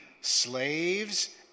slaves